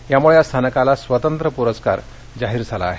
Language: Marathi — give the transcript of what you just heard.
त्यामुळे या स्थानकाला स्वतंत्र पुरस्कार जाहीर झाला आहे